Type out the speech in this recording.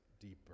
deeper